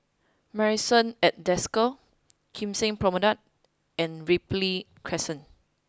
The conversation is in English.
Marrison at Desker Kim Seng Promenade and Ripley Crescent